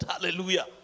hallelujah